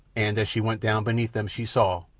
and as she went down beneath them she saw,